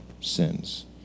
sins